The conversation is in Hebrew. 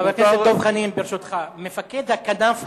חבר הכנסת דב חנין, ברשותך, מפקד הכנף החדש,